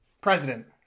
President